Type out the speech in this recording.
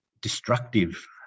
destructive